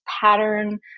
pattern